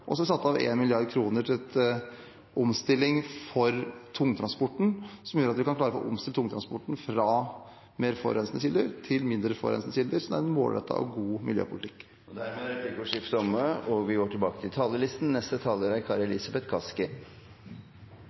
også satt av 1 mrd. kr til omstilling for tungtransporten, som gjør at vi kan klare å få omstilt tungtransporten fra mer forurensende kilder til mindre forurensende. Så det er en målrettet og god miljøpolitikk. Replikkordskiftet er omme. Vi foreslår i dette budsjettet en rød og grønn omlegging av skatte- og